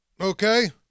okay